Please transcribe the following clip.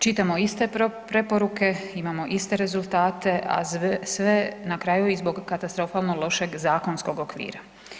Čitamo iste preporuke, imamo iste rezultate, a sve na kraju i zbog katastrofalno lošeg zakonskog okvira.